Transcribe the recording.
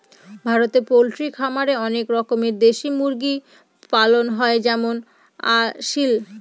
ভারতে পোল্ট্রি খামারে অনেক রকমের দেশি মুরগি পালন হয় যেমন আসিল